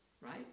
right